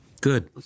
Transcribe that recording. Good